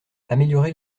améliorer